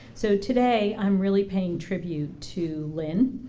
so today i'm really paying tribute to lynn.